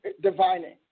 divining